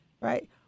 right